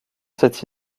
cette